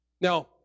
Now